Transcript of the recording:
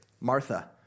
Martha